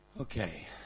Okay